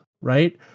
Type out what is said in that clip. right